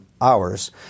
hours